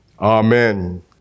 amen